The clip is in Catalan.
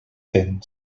dents